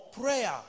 prayer